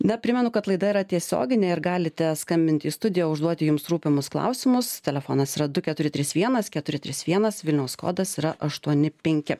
na primenu kad laida yra tiesioginė ir galite skambinti į studiją užduoti jums rūpimus klausimus telefonas yra du keturi trys vienas keturi trys vienas vilniaus kodas yra aštuoni penki